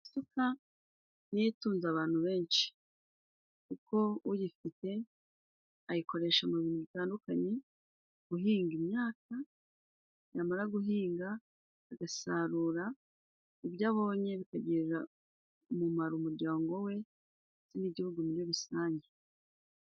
Isuka n'iyo itunze abantu benshi, kuko uyifite ayikoresha mu bintu bitandukanye. Guhinga imyaka, yamara guhinga agasarura ibyo abonye, bikagirira umumaro umuryango we ndetse n’igihugu muri rusange.